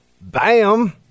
Bam